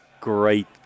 great